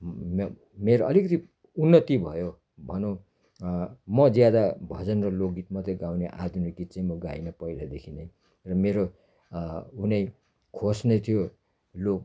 मेरो अलिकति उन्नति भयो भनौँ म ज्यादा भजन र लोकगीत मात्रै गाउने आधुनिक गीत चाहिँ म गाइनँ म पहिलादेखि नै र मेरो उनै खोज्ने त्यो लोक